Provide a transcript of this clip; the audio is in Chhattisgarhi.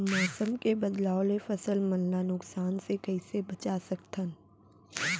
मौसम के बदलाव ले फसल मन ला नुकसान से कइसे बचा सकथन?